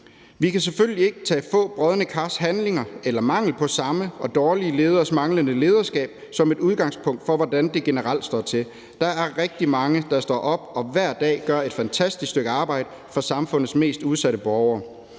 Vi kan selvfølgelig ikke tage få brodne kars handlinger eller mangel på samme og dårlige lederes manglende lederskab som et udgangspunkt for, hvordan det generelt står til. Der er rigtig mange, der hver dag gør et fantastisk stykke arbejde for samfundets mest udsatte borgere.